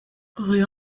rue